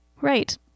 Right